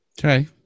Okay